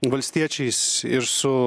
valstiečiais ir su